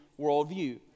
worldview